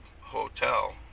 hotel